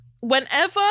whenever